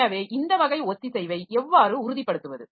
இப்போது இந்த வகை ஒத்திசைவை எவ்வாறு உறுதிப்படுத்துவது